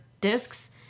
discs